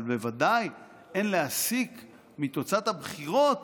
אבל בוודאי אין להסיק מתוצאת הבחירות